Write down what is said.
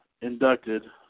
inducted